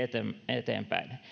eteenpäin